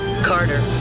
carter